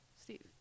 Steve